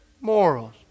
morals